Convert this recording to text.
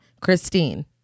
Christine